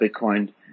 Bitcoin